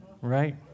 right